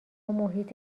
محیط